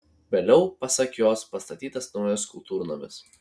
vėliau pasak jos pastatytas naujas kultūrnamis